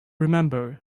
remember